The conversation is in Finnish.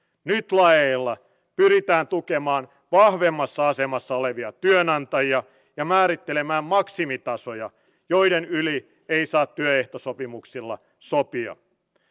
nyt laeilla pyritään tukemaan vahvemmassa asemassa olevia työnantajia ja määrittelemään maksimitasoja joiden yli ei saa työehtosopimuksilla sopia